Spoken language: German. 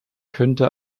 könnte